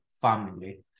family